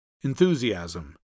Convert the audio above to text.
Enthusiasm